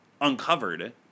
uncovered